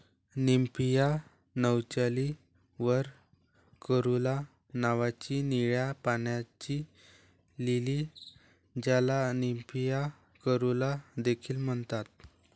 Nymphaea नौचाली वर caerulea नावाची निळ्या पाण्याची लिली, ज्याला निम्फिया कॅरुला देखील म्हणतात